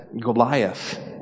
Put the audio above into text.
Goliath